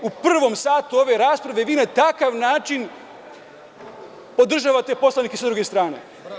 U prvom satu ove rasprave vi na takav način podržavate poslanike sa druge strane.